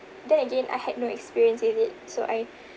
then again I had no experience in it so I